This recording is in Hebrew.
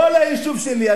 בוא ליישוב שלי,